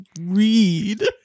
read